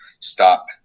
stop